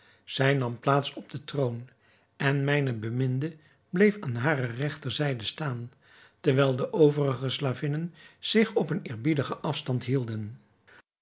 zij nam plaats op den troon en mijne beminde bleef aan hare regterzijde staan terwijl de overige slavinnen zich op een eerbiedigen afstand hielden